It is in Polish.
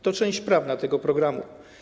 To część prawna tego programu.